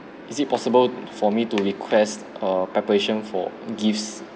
is it possible for me to request err preparation for gifts